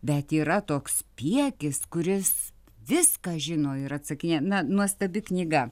bet yra toks puokis kuris viską žino ir atsakinėja na nuostabi knyga